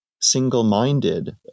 single-minded